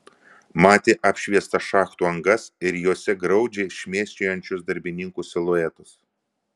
matė apšviestas šachtų angas ir jose graudžiai šmėsčiojančius darbininkų siluetus